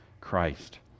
Christ